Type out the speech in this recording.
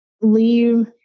leave